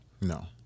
No